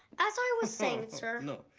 as i was saying sir. no,